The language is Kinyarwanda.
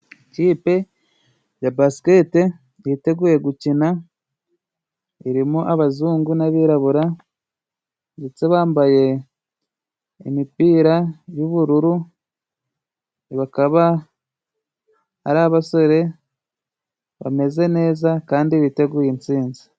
Ikipe ya basikete yiteguye gukina ,irimo abazungu n'abirabura ,ndetse bambaye imipira y'ubururu bakaba ari abasore bameze neza kandi biteguye intsinzi.